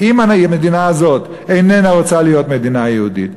אם המדינה הזו אינה רוצה להיות מדינה יהודית,